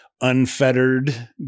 unfettered